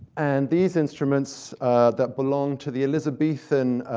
and these instruments that belonged to the elizabethan